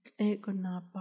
Egonapa